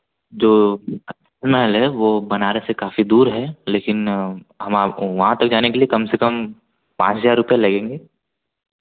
जो ताज महल है वह बनारस से काफ़ी दूर है लेकिन हम आपको वहाँ तक जाने के लिए कम से कम पाँच हज़ार रुपये लगेंगे